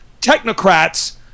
technocrats